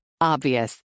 Obvious